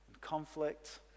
conflict